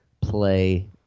play